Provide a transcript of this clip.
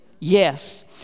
Yes